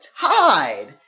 tied